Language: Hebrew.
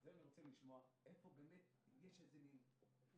אני רוצה לשמוע אם יש פורמה,